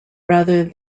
rather